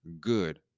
good